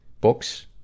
Books